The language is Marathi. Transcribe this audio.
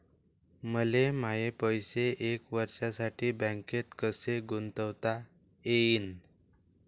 मले माये पैसे एक वर्षासाठी बँकेत कसे गुंतवता येईन?